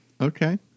Okay